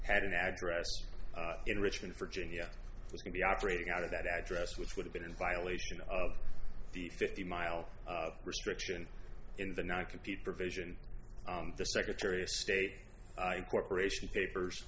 an address in richmond virginia to be operating out of that address which would have been in violation of the fifty mile restriction in the not compete provision the secretary of state corporation papers